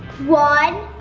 one,